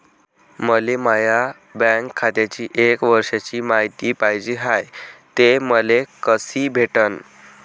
मले माया बँक खात्याची एक वर्षाची मायती पाहिजे हाय, ते मले कसी भेटनं?